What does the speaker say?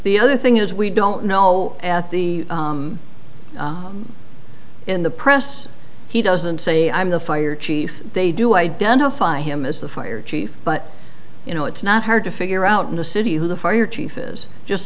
the other thing is we don't know at the in the press he doesn't say i'm the fire chief they do identify him as the fire chief but you know it's not hard to figure out in the city who the fire chief is just